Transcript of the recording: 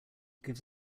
gives